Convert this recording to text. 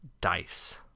dice